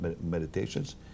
meditations